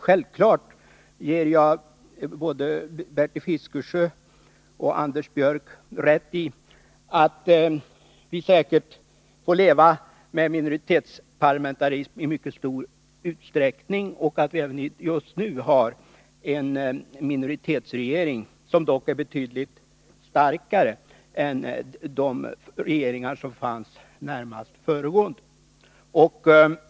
Självfallet ger jag både Bertil Fiskesjö och Anders Björck rätt i att vi säkert får leva med minoritetsparlamentarism i mycket stor utsträckning och att vi även just nu har en minoritetsregering, som dock är betydligt starkare än de regeringar som närmast föregick den.